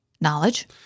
Knowledge